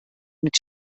mit